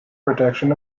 protection